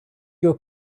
your